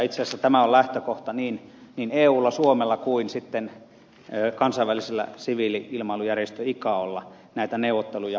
itse asiassa tämä on lähtökohta niin eulla suomella kuin sitten kansainvälisellä siviili ilmailujärjestöllä icaolla näitä neuvotteluja käytäessä